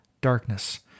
darkness